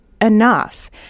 enough